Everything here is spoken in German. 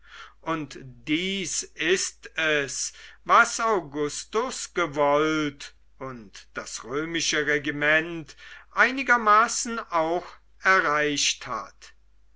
und dies ist es was augustus gewollt und das römische regiment einigermaßen auch erreicht hat